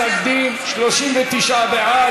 בעד.